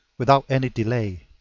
without any delay.